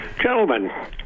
Gentlemen